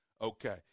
Okay